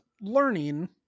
learning